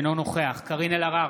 אינו נוכח קארין אלהרר,